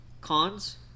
Cons